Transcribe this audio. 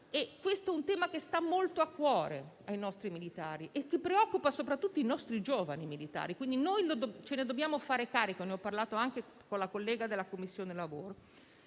questo è un tema che sta molto a cuore ai nostri militari e che preoccupa soprattutto i nostri giovani militari. Ce ne dobbiamo fare carico e ne ho parlato anche con la collega della Commissione lavoro.